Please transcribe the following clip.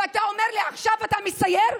ואתה אומר לי עכשיו שאתה מסייר?